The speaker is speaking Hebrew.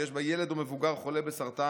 שיש בה ילד או מבוגר חולה בסרטן,